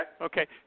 Okay